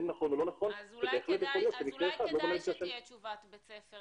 אין נכון או לא נכון -- אז אולי כדאי שתהיה תשובת בית ספר,